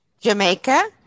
Jamaica